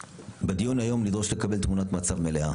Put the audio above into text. בדיון היום נדרוש לקבל תמונת מצב מלאה